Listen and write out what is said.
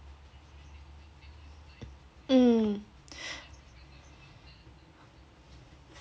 mm